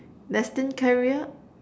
destined career